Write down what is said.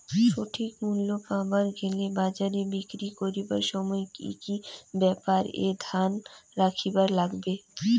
সঠিক মূল্য পাবার গেলে বাজারে বিক্রি করিবার সময় কি কি ব্যাপার এ ধ্যান রাখিবার লাগবে?